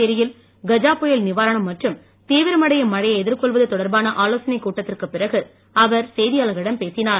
புதுச்சேரியில் கஜா புயல் நிவாரணம் மற்றும் தீவிரமடையும் மழையை எதிர்கொள்வது தொடர்பான ஆலோசனை கட்டத்திற்கு பிறகு அவர் செய்தியாளர்களிடம் பேசினார்